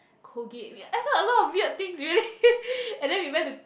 Colgate we added a lot of weird things really and then we went to